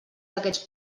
aquests